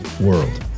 world